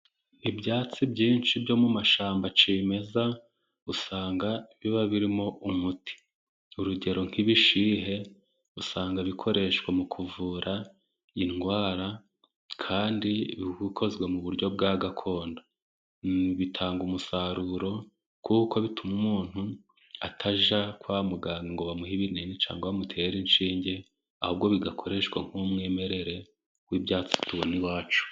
Ibyatsi byinshi byo mu mashyamba cyimeza, usanga biba birimo umuti . Urugero nk'ibishihe usanga bikoreshwa mu kuvura indwara kandi bikozwe mu buryo bwa gakondo. Bitanga umusaruro kuko bituma umuntu atajya kwa muganga ngo bamuhe ibinini cyangwa bamutere inshinge ahubwo bigakoreshwa nk'umwimerere w'ibyatsi tubona iwacu.